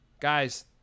Guys